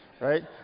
right